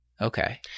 Okay